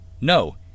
No